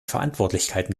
verantwortlichkeiten